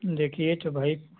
देखिए तो भाई